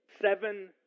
seven